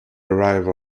arrive